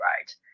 right